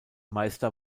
meister